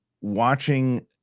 watching